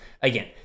again